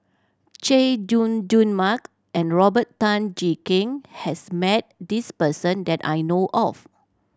Chay Jung Jun Mark and Robert Tan Jee Keng has met this person that I know of